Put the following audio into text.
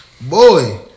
boy